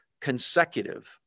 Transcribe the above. consecutive